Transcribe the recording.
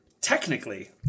Technically